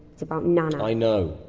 it's about nana. i know.